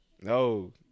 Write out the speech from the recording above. No